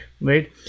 right